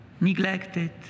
neglected